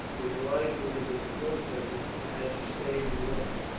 for your life would have been forfeited had you stayed in rome.